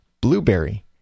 Blueberry